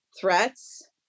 threats